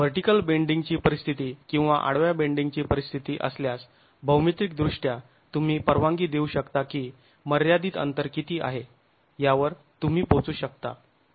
vertical बेंडींगची परिस्थिती किंवा आडव्या बेंडींगची परिस्थिती असल्यास भौमितीक दृष्ट्या तुम्ही परवानगी देऊ शकता की मर्यादित अंतर किती आहे यावर तुम्ही पोहोचू शकता